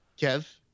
Kev